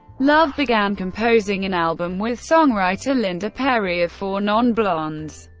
love began composing an album with songwriter linda perry of four non blondes,